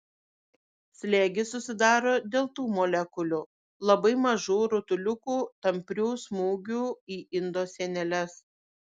slėgis susidaro dėl tų molekulių labai mažų rutuliukų tamprių smūgių į indo sieneles